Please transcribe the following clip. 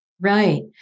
Right